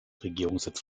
regierungssitz